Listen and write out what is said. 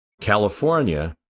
California